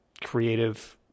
creative